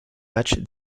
match